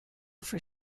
for